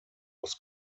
was